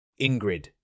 Ingrid